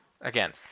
Again